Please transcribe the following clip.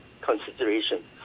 consideration